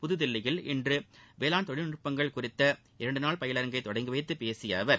புதுதில்லியில் இன்று வேளாண் தொழில்நுட்பங்கள் குறித்த இரண்டு நாள் பயிலரங்கை தொடங்கிவைத்து பேசிய அவர்